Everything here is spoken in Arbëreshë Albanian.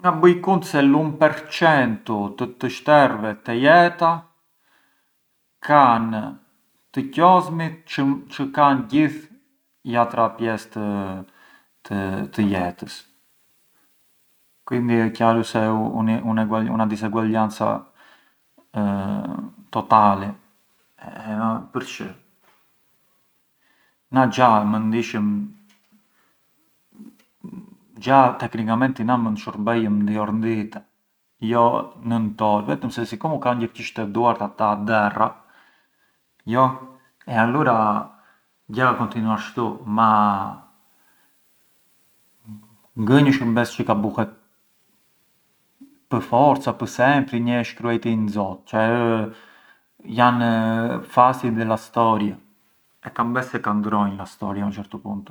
Na buj kunt se l’un percentu të të shtervet te jeta kan… të qosmit çë kan gjith jatra pjes të… të jetës, quindi ë chiaru se ë una diseguaglianza totali e ma përçë? Na xha mënd ishëm, xha na teoricamenti mënd shurbejëm dy orë ndite jo nënd orë, ma siccomu kan gjërgjish te duart ata derra jo? Allura gjella kontinuar ashtu ma ngë ë një shurbes çë ka buhet pë forza, pë‘ sempri, ngë e shkruajti in Zot, cioè ë… jan fasi della storia e kam bes se ka ndërronj a storia ad un certo punto.